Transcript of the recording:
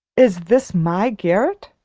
is this my garret?